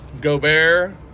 Gobert